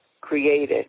created